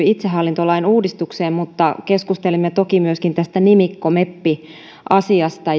itsehallintolain uudistukseen mutta keskustelimme toki myöskin tästä nimikkomeppiasiasta